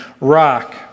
Rock